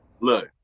Look